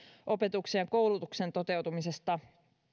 opetuksen ja koulutuksen toteutumisesta